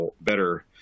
better